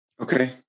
Okay